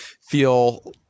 feel